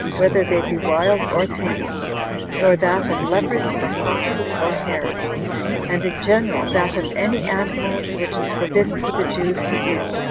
whether they be wild or tame nor that of leopards, or foxes, or hares and, in general, that of any animal which is forbidden for the jews to eat.